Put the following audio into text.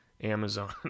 Amazon